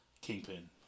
Kingpin